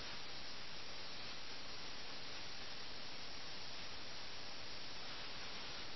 അതിനാൽ കഥ എന്നത് സംഭവങ്ങളുടെ ഒരു ശൃംഖല മാത്രമല്ല കഥയിലെ കേന്ദ്രകഥാപാത്രങ്ങളെ പ്രതിസന്ധിയിലാക്കുന്ന രസകരവും വ്യത്യസ്തവുമായ സംഭവങ്ങളുടെ ഒരു ശൃംഖലയാണത്